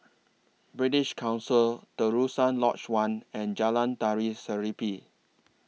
British Council Terusan Lodge one and Jalan Tari Serimpi